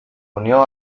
unió